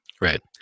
right